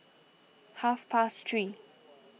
half past three